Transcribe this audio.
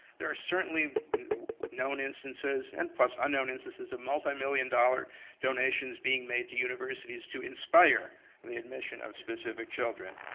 there are certainly known instances and plus unknown instances of multimillion dollar donations being made to universities to inspire the admission of specific children.